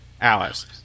Alice